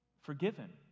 forgiven